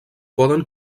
poden